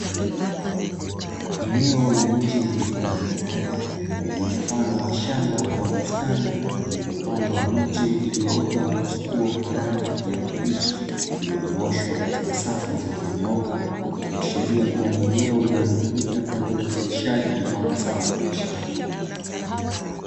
Eneo la nje lililotambarare, lililo mfano wa shamba ama bustani, lililopandwa miche iliyoota na kuchukua kwa rangi ya kijani kibichi, iliyonyooshwa katika safu zilizonyooka, likiashiria kuwa ni eneo linalotumika kwa ajili ya uzalishaji wa mazao ya biashara.